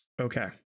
Okay